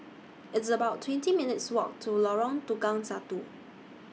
It's about twenty minutes' Walk to Lorong Tukang Satu